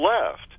left